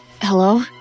Hello